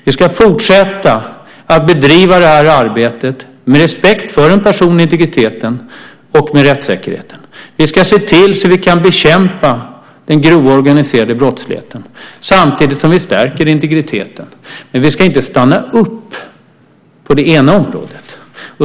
Vi ska fortsätta att bedriva detta arbete med respekt för den personliga integriteten och rättssäkerheten. Vi ska se till att vi kan bekämpa den grova organiserade brottsligheten samtidigt som vi stärker integriteten. Men vi ska inte stanna upp på det ena området.